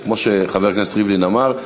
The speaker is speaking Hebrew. שכמו שחבר הכנסת ריבלין אמר,